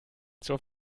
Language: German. zur